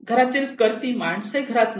घरातली कर्ती माणसे घरात नव्हती